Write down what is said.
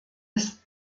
ist